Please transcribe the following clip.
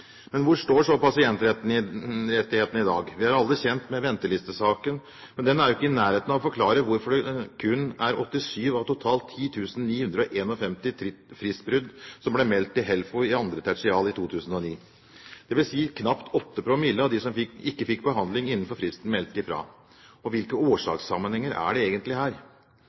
Men hvor står så pasientrettighetene i dag? Vi er alle kjent med ventelistesaken, men den er jo ikke i nærheten av å forklare hvorfor kun 87 av totalt 10 951 fristbrudd ble meldt til HELFO i andre tertial 2009. Det vil si at knapt åtte promille av dem som ikke fikk behandling innenfor fristen, meldte fra. Hvilke årsakssammenhenger er det egentlig her?